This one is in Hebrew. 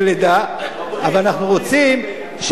אבל אנחנו רוצים שלידת החוק